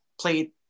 played